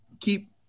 keep